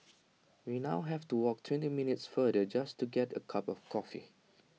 we now have to walk twenty minutes farther just to get A cup of coffee